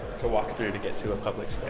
to walk through to get to a public space.